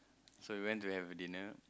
so we went to have a dinner